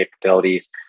capabilities